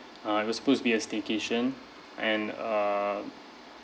uh it was supposed to be a staycation and uh